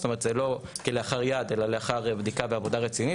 זאת אומרת זה לא כלאחר יד אלא לאחר בדיקה ועבודה רצינית.